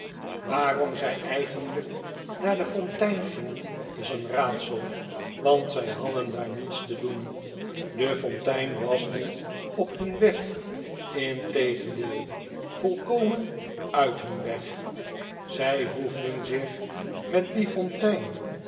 waarom zij eigenlijk naar de fontein gingen is een raadsel want zij hadden daar niets te doen de fontein was niet op hun weg integendeel volkomen uit hun weg zij hoefden zich met die fontein